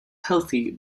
healthy